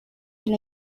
than